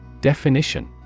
Definition